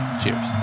Cheers